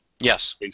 Yes